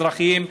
אזרחים,